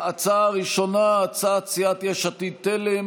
ההצעה הראשונה, הצעת סיעת יש עתיד-תל"ם,